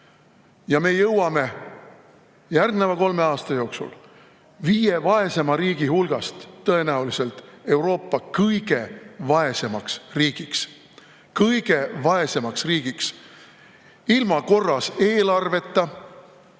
Ja me jõuame järgneva kolme aasta jooksul viie vaesema riigi hulgast tõenäoliselt Euroopa kõige vaesemaks riigiks. Kõige vaesemaks riigiks ilma korras eelarveta,